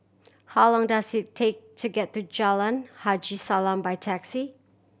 how long does it take to get to Jalan Haji Salam by taxi